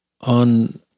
on